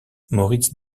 moritz